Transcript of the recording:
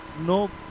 No